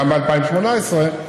גם ב-2018,